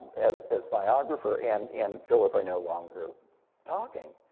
as as biographer, and and philip are no longer talking.